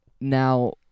Now